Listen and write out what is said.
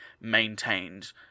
maintained